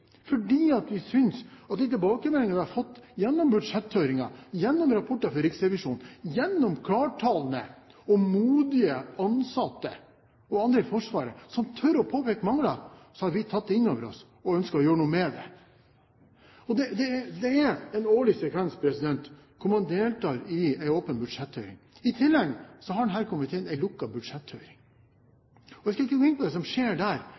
de tilbakemeldingene vi har fått gjennom budsjetthøringen, gjennom rapporter fra Riksrevisjonen, gjennom klarttalende og modige ansatte og andre i Forsvaret som tør å påpeke mangler, har vi tatt det inn over oss og ønsker å gjøre noe med det. Det er en årlig sekvens å delta i en åpen budsjetthøring. I tillegg har denne komiteen en lukket budsjetthøring. Jeg skal ikke gå inn på det som skjer der,